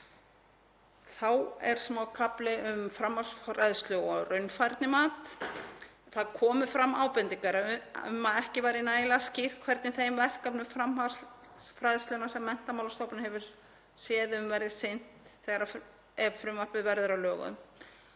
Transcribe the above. Þá er smákafli um framhaldsfræðslu og raunfærnimat. Það komu fram ábendingar um að ekki væri nægilega skýrt hvernig þeim verkefnum framhaldsfræðslunnar sem Menntamálastofnun hefur séð um verði sinnt ef frumvarpið verður að lögum,